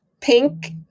pink